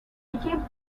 became